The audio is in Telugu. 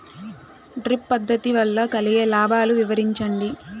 డ్రిప్ పద్దతి వల్ల కలిగే లాభాలు వివరించండి?